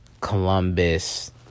Columbus